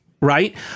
right